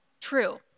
true